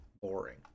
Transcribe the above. boring